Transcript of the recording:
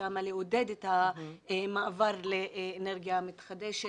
לעודד את המעבר לאנרגיה מתחדשת,